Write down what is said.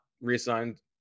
reassigned